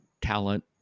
talent